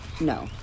No